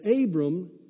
Abram